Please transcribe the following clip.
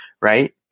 right